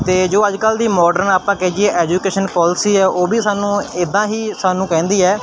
ਅਤੇ ਜੋ ਅੱਜ ਕੱਲ੍ਹ ਦੀ ਮਾਡਰਨ ਆਪਾਂ ਕਹੀਏ ਐਜੂਕੇਸ਼ਨ ਪੋਲਸੀ ਹੈ ਉਹ ਵੀ ਸਾਨੂੰ ਇੱਦਾਂ ਹੀ ਸਾਨੂੰ ਕਹਿੰਦੀ ਹੈ